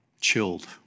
chilled